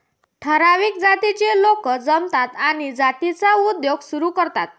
ठराविक जातीचे लोक जमतात आणि जातीचा उद्योग सुरू करतात